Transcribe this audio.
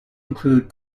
include